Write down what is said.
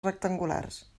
rectangulars